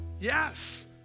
yes